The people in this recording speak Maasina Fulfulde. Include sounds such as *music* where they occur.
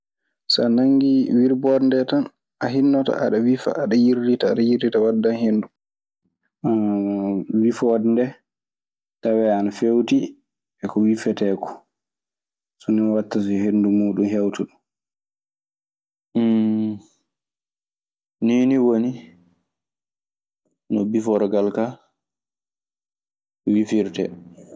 Sa nanngii wirboode ndee tan, a hinnoto aɗa wifa, aɗa yirdita, aɗa yirdita waddan henndu. *hesitation* wifoode ndee tawee ana feewti e ko wifetee koo. So nii waɗta so henndu muuɗun hewta ɗun. *hesitation* Nii nii woni no biforgal kaa wifirtee.